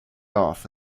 off